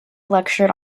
lectured